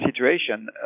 situation